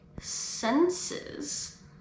senses